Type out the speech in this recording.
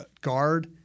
guard